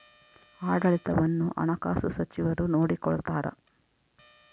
ಆಡಳಿತವನ್ನು ಹಣಕಾಸು ಸಚಿವರು ನೋಡಿಕೊಳ್ತಾರ